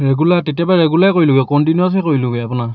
regular তেতিয়া পা regular কৰিলোগৈ কণ্টিনিউৱাছলি কৰিলোগৈ আপোনাৰ